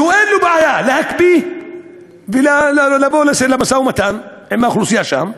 שאין לו בעיה להקפיא ולבוא למשא-ומתן עם האוכלוסייה שם,